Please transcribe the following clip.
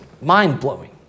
mind-blowing